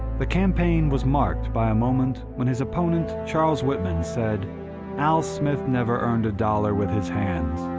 the campaign was marked by moment when his opponent, charles whitman, said al smith never earned a dollar with his hands.